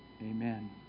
Amen